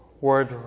word